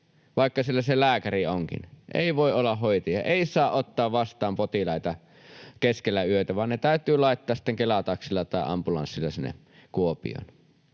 vaikka siellä se lääkäri onkin? Ei voi olla hoitajia, ei saa ottaa vastaan potilaita keskellä yötä, vaan ne täytyy laittaa sitten Kela-taksilla tai ambulanssilla sinne Kuopioon.